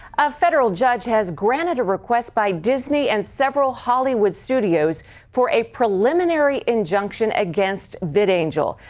a federal judge has granted a request by disney and several hollywood studios for a preliminary injunction against vid angel.